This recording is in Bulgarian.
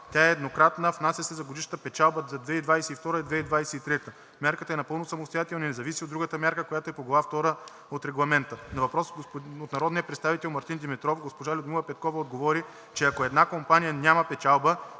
Тя е еднократна. Внася се за годишната печалба за 2022-а и 2023-а. Мярката е напълно самостоятелна и не зависи от другата мярка, която е по Глава втора на Регламента. На въпрос от народния представител Мартин Димитров госпожа Людмила Петкова отговори, че ако една компания няма печалба,